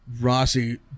rossi